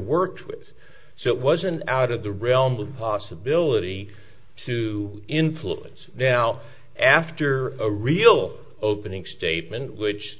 worked with so it wasn't out of the realm of possibility to influence now after a real opening statement which